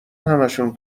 همشون